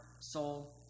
soul